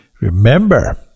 Remember